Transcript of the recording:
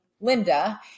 Linda